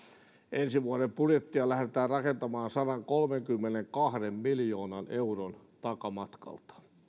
ensi vuoden budjettia lähdetään rakentamaan sadankolmenkymmenenkahden miljoonan euron takamatkalta